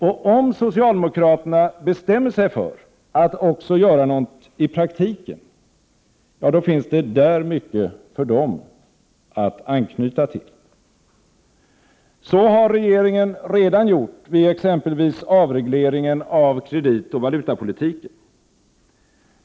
Och om socialdemokraterna bestämmer sig för att också göra något i praktiken, finns det där mycket för dem att anknyta till. Så har regeringen redan gjort vid exempelvis avregleringen av kreditoch valutapolitiken.